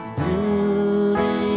beauty